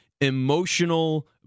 emotional